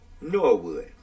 Norwood